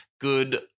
Good